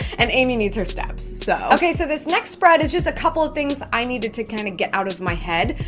and amy needs her steps. so so this next spread is just a couple of things i needed to kinda get out of my head.